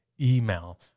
email